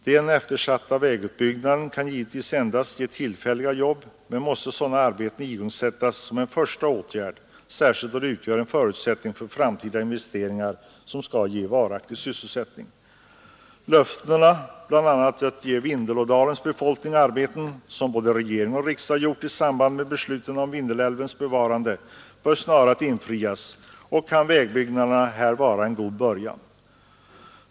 Den eftersatta vägutbyggnaden kan givetvis endast ge tillfälliga jobb, men sådana arbeten måste igångsättas som en första åtgärd, särskilt då de utgör en förutsättning för framtida investeringar som skall ge varaktig sysselsättning. De löften att bereda bl.a. Vindelådalens befolkning arbete som både regering och riksdag gav i samband med besluten om Vindelälvens bevarande bör snarast infrias, och här kan vägutbyggnaden av väg 363 vara en god början.